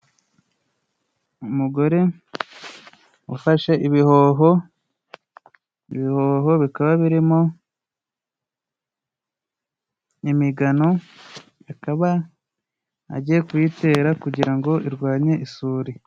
Umugore ufashe ibihoho, ibihoho bikaba birimo imigano, akaba agiye kuyitera kugira ngo irwanye isuri.